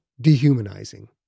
dehumanizing